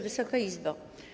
Wysoka Izbo!